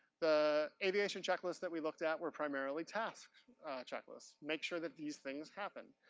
the aviation checklists that we looked at were primarily task checklists. make sure that these things happen.